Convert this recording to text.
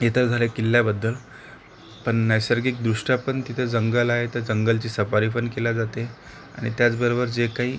हे तर झालं किल्ल्याबद्दल पण नैसर्गिकदृष्ट्या पण तिथं जंगल आहे तर जंगलची सफारी पण केल्या जाते आणि त्याचबरोबर जे काही